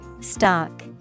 Stock